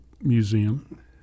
museum